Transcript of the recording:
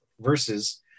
Versus